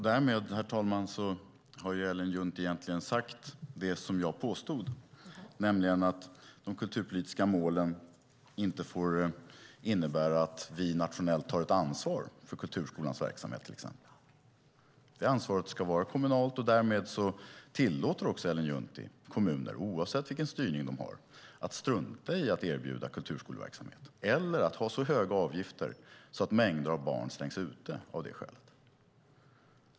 Herr talman! Därmed har Ellen Juntti egentligen sagt det som jag påstod, nämligen att de kulturpolitiska målen inte får innebära att vi nationellt tar ett ansvar för kulturskolans verksamhet. Det ansvaret ska vara kommunalt, och därmed tillåter också Ellen Juntti kommuner, oavsett vilken styrning de har, att strunta i att erbjuda kulturskoleverksamhet eller att ha så höga avgifter att mängder av barn stängs ute av det skälet.